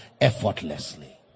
effortlessly